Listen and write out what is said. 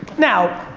now,